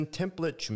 template